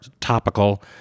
topical